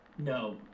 No